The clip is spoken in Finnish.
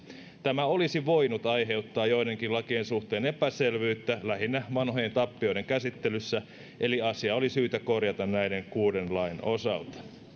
tämä olisi voinut aiheuttaa joidenkin lakien suhteen epäselvyyttä lähinnä vanhojen tappioiden käsittelyssä eli asia oli syytä korjata näiden kuuden lain osalta